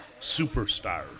superstar